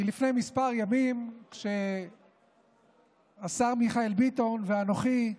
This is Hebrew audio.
כי לפני כמה ימים השר מיכאל ביטון ואנוכי,